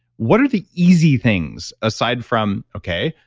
what are the easy things aside from, okay,